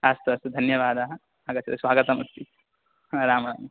अस्तु अस्तु धन्यवादाः आगच्छतु स्वागतमस्ति हा राम् राम्